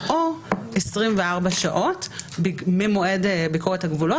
או 24 שעות ממועד ביקורת הגבולות.